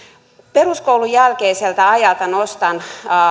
peruskoulun jälkeiseltä ajalta nostan